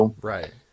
Right